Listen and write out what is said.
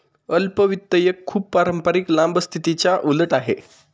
अल्प वित्त एक खूप पारंपारिक लांब स्थितीच्या उलट आहे